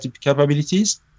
capabilities